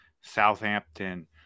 Southampton